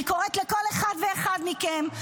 אני קוראת לכל אחד ואחד מכם,